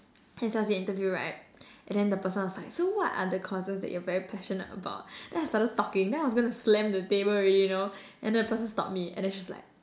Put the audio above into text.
S_L_C interview right and then the person was like so what are the courses that you're very passionate about and I started talking then I was going to slam the table already you know and the person stop me and then she's like